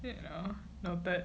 you know no but